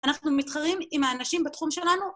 אנחנו מתחרים עם האנשים בתחום שלנו.